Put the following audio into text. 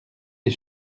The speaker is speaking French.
des